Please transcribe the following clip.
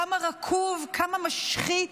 כמה רקוב, כמה משחית